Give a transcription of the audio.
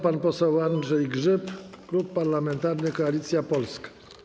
Pan poseł Andrzej Grzyb, Klub Parlamentarny Koalicja Polska.